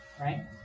right